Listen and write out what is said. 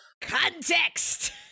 Context